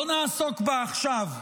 לא נעסוק בה עכשיו.